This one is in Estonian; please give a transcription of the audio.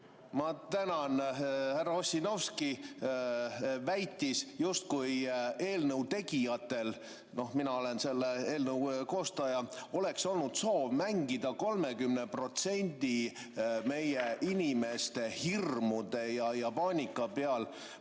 Ma tänan! Härra Ossinovski väitis, justkui eelnõu tegijatel – mina olen selle eelnõu koostaja – oleks olnud soov mängida 30% inimeste hirmude ja paanika peal.